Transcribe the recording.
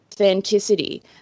authenticity